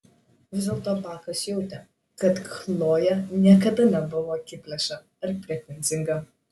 vis dėlto bakas jautė kad chlojė niekada nebuvo akiplėša ar pretenzinga